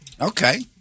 Okay